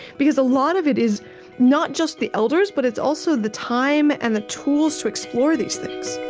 because a lot of it is not just the elders, but it's also the time and the tools to explore these things